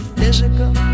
physical